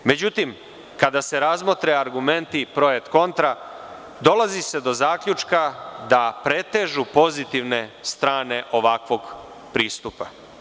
Međutim, kada se razmotre argumenti pro et contra, dolazi se do zaključka da pretežu pozitivne strane ovakvog pristupa.